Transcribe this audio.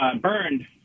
burned